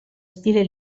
stile